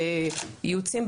בייעוצים,